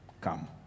Come